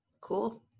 cool